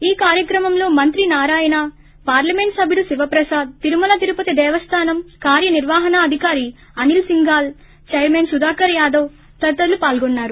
ఈ కార్యక్రమంలో పలువురు మంత్రులు నారాయణ పార్లమెంట్ సభ్యుడు శివప్రసాద్ తిరుమల తిరుపతి దేవస్థానం కార్య నిర్వాహణ అధికారి అనిల్ సింఘాల్ చైర్మన్ సుధాకర్ యాదవ్ తదితరులు పాల్గొన్నారు